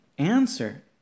Answer